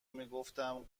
میگفتم